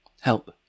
Help